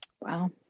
Wow